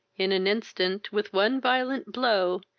in an instant, with one violent blow,